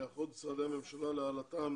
היערכות משרדי הממשלה להעלאתם